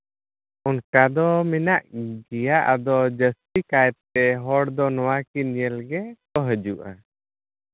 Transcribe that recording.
ᱚᱱᱠᱟ ᱫᱚ ᱢᱮᱱᱟᱜ ᱜᱮᱭᱟ ᱟᱫᱚ ᱡᱟᱹᱥᱛᱤ ᱠᱟᱭᱛᱮ ᱦᱚᱲ ᱫᱚ ᱱᱚᱣᱟᱠᱤᱱ ᱧᱮᱞ ᱜᱮᱠᱚ ᱦᱤᱡᱩᱜᱼᱟ